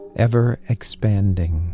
ever-expanding